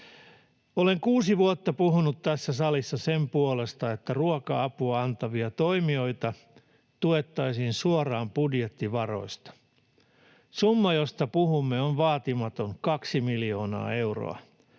Olen kuusi vuotta puhunut tässä salissa sen puolesta, että ruoka-apua antavia toimijoita tuettaisiin suoraan budjettivaroista. Summa, josta puhumme, on vaatimaton 2 miljoonaa euroa,